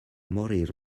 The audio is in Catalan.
morir